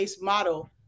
model